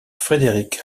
frédéric